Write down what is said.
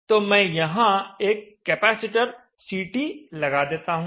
तो मैं यहां एक कैपेसिटर CT लगा देता हूं